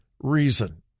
reason